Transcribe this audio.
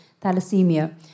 thalassemia